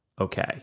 Okay